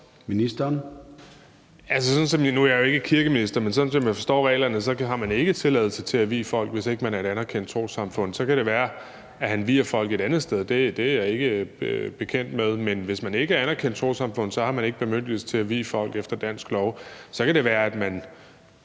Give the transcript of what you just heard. sådan som jeg forstår reglerne, har man ikke tilladelse til at vie folk, hvis man ikke er et anerkendt trossamfund. Så kan det være, at han vier folk et andet sted; det er jeg ikke bekendt med. Men hvis man ikke er et anerkendt trossamfund, har man ikke bemyndigelse til at vie folk efter dansk lov.